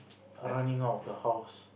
are running out of the house